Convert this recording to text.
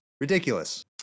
Ridiculous